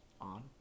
on